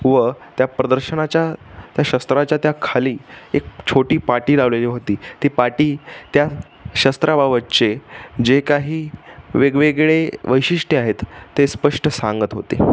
व त्या प्रदर्शनाच्या त्या शस्त्राच्या त्या खाली एक छोटी पाटी लावलेली होती ती पाटी त्या शस्त्राबाबतची जे काही वेगवेगळे वैशिष्ट्य आहेत ते स्पष्ट सांगत होते